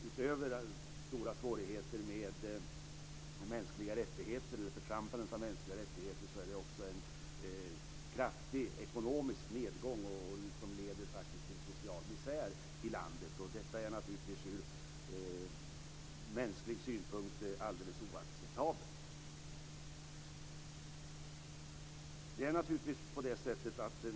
Utöver stora svårigheter med förtrampade mänskliga rättigheter är det också en kraftig ekonomisk nedgång som faktiskt leder till social misär i landet. Detta är naturligtvis alldeles oacceptabelt ur mänsklig synpunkt.